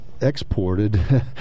exported